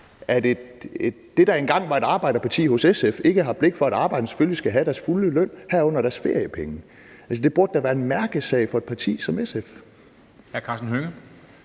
at det, der engang var et arbejderparti, nemlig SF, ikke har blik for, at arbejderne selvfølgelig skal have deres fulde løn, herunder deres feriepenge. Det burde da være en mærkesag for et parti som SF.